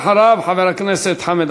ואחריו, חבר הכנסת חמד